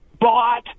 bought